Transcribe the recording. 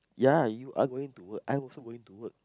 ya you are going to work I also going to work